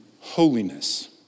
holiness